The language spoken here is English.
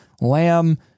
Lamb